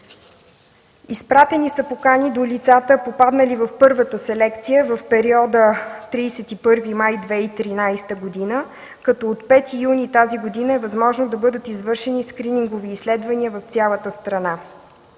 Изпратени са покани до лицата, попаднали в първата селекция за периода 31 май 2013 г., като от 5 юни тази година е възможно да бъдат извършени скринингови изследвания в цялата страна.